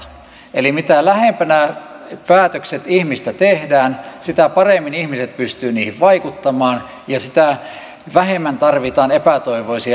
eli mitä lähempänä ihmistä päätökset tehdään sitä paremmin ihmiset pystyvät niihin vaikuttamaan ja sitä vähemmän tarvitaan epätoivoisia valitusprosesseja